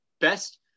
best